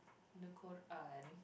the Quran